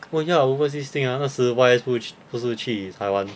oh ya overseas thing ah 那时 Y_S 不不是去 Taiwan